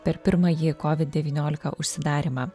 per pirmąjį kovid devyniolika užsidarymą